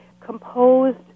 composed